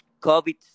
COVID